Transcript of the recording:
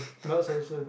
not so soon